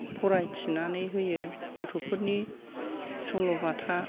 फरायथिनानै होयो गथ'फोरनि सल'बाथा